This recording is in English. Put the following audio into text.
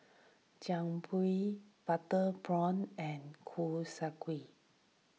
Jian Dui Butter Prawn and Kuih Kaswi